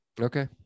Okay